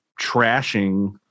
trashing